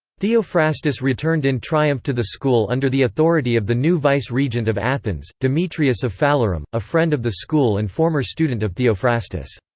theophrastus returned in triumph to the school under the authority of the new vice-regent of athens, demetrius of phalerum, a friend of the school and former student of theophrastus.